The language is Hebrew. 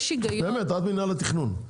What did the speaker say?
באמת, את מינהל התכנון.